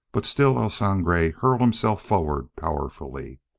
but still el sangre hurled himself forward powerfully,